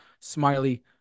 smiley